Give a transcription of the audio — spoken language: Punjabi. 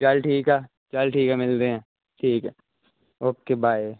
ਚਲ ਠੀਕ ਆ ਚਲ ਠੀਕ ਆ ਮਿਲਦੇ ਹਾਂ ਠੀਕ ਆ ਓਕੇ ਬਾਏ